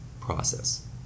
process